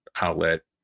outlet